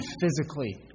physically